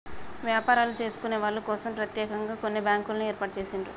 వ్యాపారాలు చేసుకునే వాళ్ళ కోసం ప్రత్యేకంగా కొన్ని బ్యాంకుల్ని ఏర్పాటు చేసిండ్రు